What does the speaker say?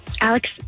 Alex